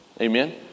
Amen